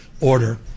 order